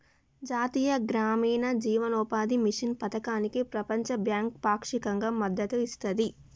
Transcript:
జాతీయ గ్రామీణ జీవనోపాధి మిషన్ పథకానికి ప్రపంచ బ్యాంకు పాక్షికంగా మద్దతు ఇస్తది